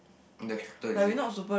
the cuter is it